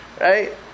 right